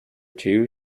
two